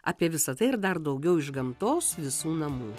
apie visa tai ir dar daugiau iš gamtos visų namų